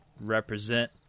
represent